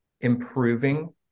improving